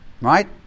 Right